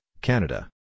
Canada